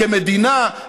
כמדינה,